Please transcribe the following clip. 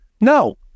No